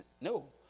No